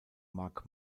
marc